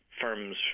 firms